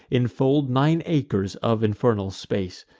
infold nine acres of infernal space.